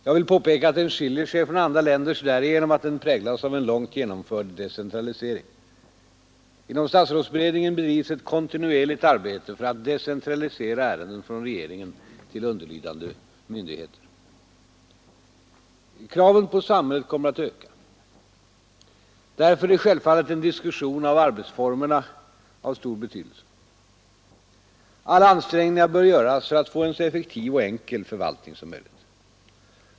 Jag vill påpeka att den skiljer sig från andra länders därigenom att den präglas av en långt genomförd decentralisering. Inom statsrådsberedningen bedrivs ett kontinuerligt arbete för att decentralisera ärenden från regeringen till underlydande myndigheter. Kraven på samhället kommer att öka. Därför är självfallet en diskussion om arbetsformerna av stor betydelse. Alla ansträngningar bör göras för att få en så effektiv och enkel förvaltning som möjligt.